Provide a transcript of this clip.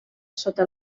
sota